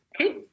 Okay